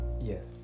Yes